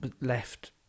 left